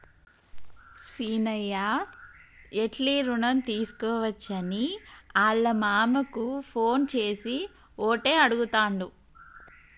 సీనయ్య ఎట్లి రుణం తీసుకోవచ్చని ఆళ్ళ మామకు ఫోన్ చేసి ఓటే అడుగుతాండు